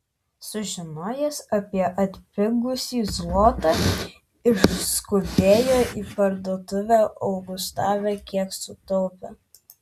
sužinojęs apie atpigusį zlotą išskubėjo į parduotuvę augustave kiek sutaupė